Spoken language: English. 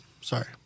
Sorry